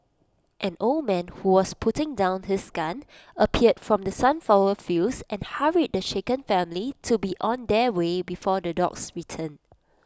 an old man who was putting down his gun appeared from the sunflower fields and hurried the shaken family to be on their way before the dogs return